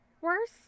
worse